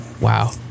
Wow